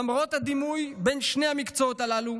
למרות הדמיון בין שני המקצועות הללו,